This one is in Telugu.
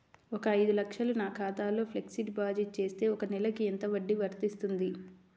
ఒక ఐదు లక్షలు నా ఖాతాలో ఫ్లెక్సీ డిపాజిట్ చేస్తే ఒక నెలకి ఎంత వడ్డీ వర్తిస్తుంది?